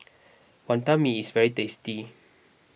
Wonton Mee is very tasty